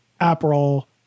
April